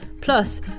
Plus